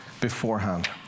beforehand